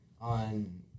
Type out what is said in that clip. on